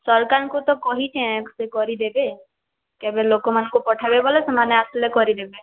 ସରକାର୍ ଙ୍କୁ ତ କହିଛେଁ ସେ କରିଦେବେ କେବେ ଲୋକ୍ମାନ୍ଙ୍କୁ ପଠାବେ ବେଲେ ସେମାନେ ଆସ୍ଲେ କରିଦେବେ